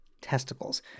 testicles